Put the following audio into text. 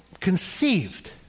conceived